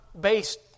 based